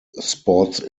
sports